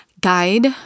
guide